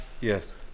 Yes